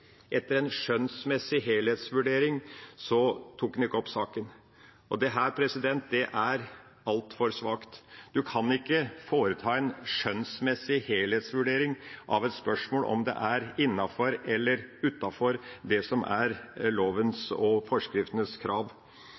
tok opp saken. Dette er altfor svakt. Man kan ikke foreta en skjønnsmessig helthetsvurdering av et spørsmål om det er innenfor eller utenfor lovens og forskriftenes krav. Det er derfor ganske sterkt å erfare at det som det i denne sal er